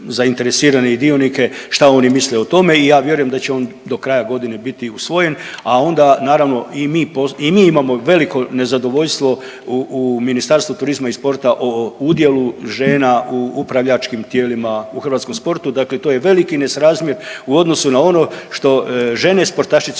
dionike šta oni misle o tome i ja vjerujem da će on do kraja godine biti usvojen, a onda naravno i mi, i mi imamo veliko nezadovoljstvo u Ministarstvu turizma i spora o udjelu žena u upravljačkim tijelima u hrvatskom sportu. Dakle, to je veliki nesrazmjer u odnosu na ono što žene sportašice